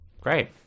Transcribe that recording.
Great